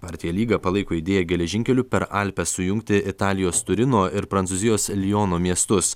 partija lyga palaiko idėją geležinkeliu per alpes sujungti italijos turino ir prancūzijos liono miestus